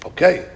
Okay